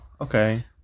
okay